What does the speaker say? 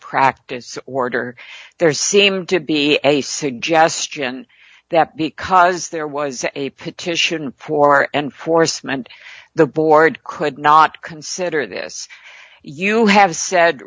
practices order there seemed to be a suggestion that because there was a petition poor enforcement the board could not consider this you have said